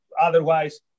Otherwise